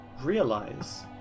realize